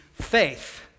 faith